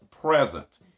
present